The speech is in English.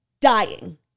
dying